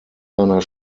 seiner